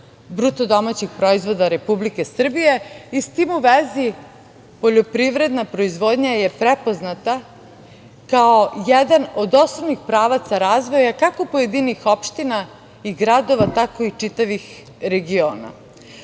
bruto domaćeg proizvoda Republike Srbije i s tim u vezi poljoprivredna proizvodnja je prepoznata kao jedan od osnovnih pravaca razvoja kako pojedinih opština i gradova, tako i čitavih regiona. Ono